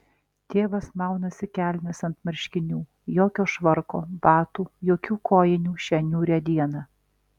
tėvas maunasi kelnes ant marškinių jokio švarko batų jokių kojinių šią niūrią dieną